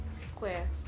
square